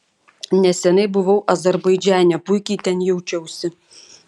neseniai buvau azerbaidžane puikiai ten jaučiausi